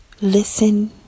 listen